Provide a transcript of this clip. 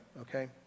okay